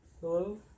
Hello